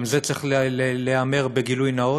גם זה צריך להיאמר בגילוי נאות.